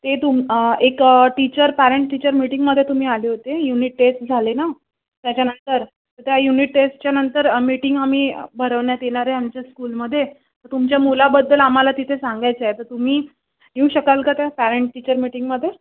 ते तुम एक टीचर पॅरेंट टीचर मीटिंगमध्ये तुम्ही आले होते युनिट टेस्ट झाले ना त्याच्यानंतर त्या युनिट टेस्टच्या नंतर मीटिंग आम्ही भरवण्यात येणार आहे आमच्या स्कूलमध्ये तुमच्या मुलाबद्दल आम्हाला तिथे सांगायचं आहे तर तुम्ही येऊ शकाल का त्या पॅरेंट टीचर मीटिंगमध्ये